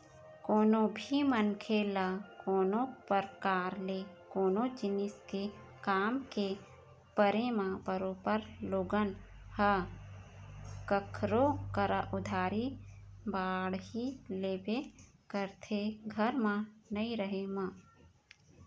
कोनो भी मनखे ल कोनो परकार ले कोनो जिनिस के काम के परे म बरोबर लोगन ह कखरो करा उधारी बाड़ही लेबे करथे घर म नइ रहें म